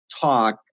talk